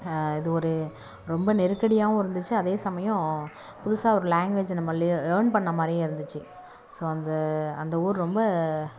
இது ஒரு ரொம்ப நெருக்கடியாகவும் இருந்துச்சு அதே சமயம் புதுசாக ஒரு லாங்குவேஜை நம்ம லேர்ன் பண்ணிண மாதிரியும் இருந்துச்சு ஸோ அந்த அந்த ஊர் ரொம்ப